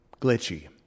glitchy